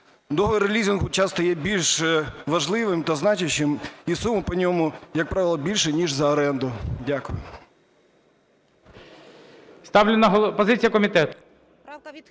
Договір лізингу часто є більш важливим та значущим і суми по ньому, як правило, більші, ніж за оренду. Дякую.